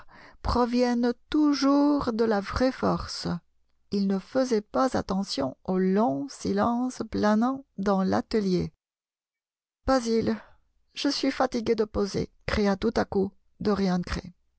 proviennent toujours de la vraie force il ne faisait pas attention au long silence planant dans l'atelier basil je suis fatigué de poser cria tout à coup dorian gray